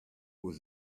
was